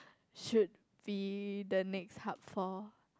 should be the next hub for